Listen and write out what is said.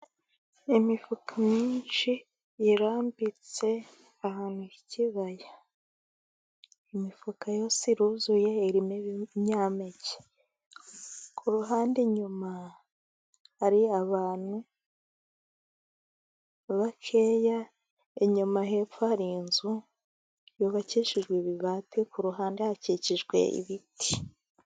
Imifuka myinshi irambitse ahantu h'ikibaya. Imifuka yose yuzuye ibinyampeke. Ku ruhande inyuma hari abantu bakeya, inyuma hepfo hari inzu yubakishijwe ibibati, ku ruhande hakikijwe ibiti.